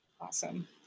Awesome